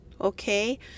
Okay